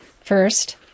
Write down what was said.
First